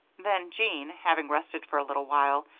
then jean, having rested for a little while,